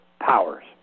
powers